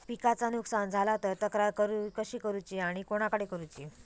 पिकाचा नुकसान झाला तर तक्रार कशी करूची आणि कोणाकडे करुची?